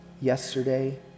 yesterday